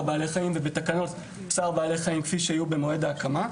בעלי חיים ובתקנות צער בעלי חיים כפי שיהיו במועד ההקמה.